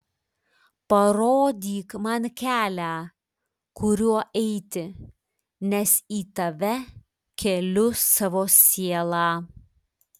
parodyk man kelią kuriuo eiti nes į tave keliu savo sielą